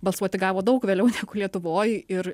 balsuoti gavo daug vėliau lietuvoj ir